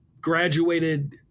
graduated